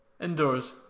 indoors